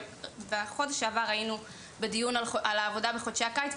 בחודש שעבר הינו בדיון על העבודה בחודשי הקיץ,